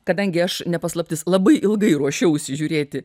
kadangi aš ne paslaptis labai ilgai ruošiausi žiūrėti